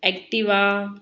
Activa